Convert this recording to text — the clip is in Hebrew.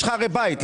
יש לך הרי בית,